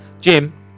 Jim